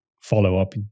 follow-up